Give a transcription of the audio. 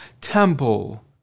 temple